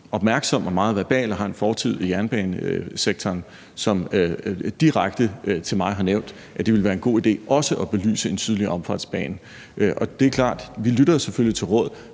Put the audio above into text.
opmærksom og meget verbal og har en fortid i jernbanesektoren, og som direkte til mig har nævnt, at det ville være en god idé også at belyse en sydlig omfartsbane. Det er klart, at vi selvfølgelig lytter